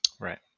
right